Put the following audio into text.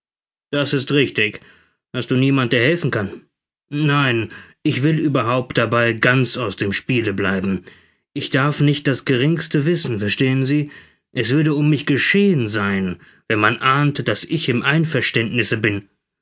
das ist richtig hast du niemand der helfen kann nein ich will überhaupt dabei ganz aus dem spiele bleiben ich darf nicht das geringste wissen verstehen sie es würde um mich geschehen sein wenn man ahnte daß ich im einverständnisse bin